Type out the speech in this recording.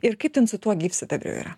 ir kaip ten su tuo gyvsidabriu yra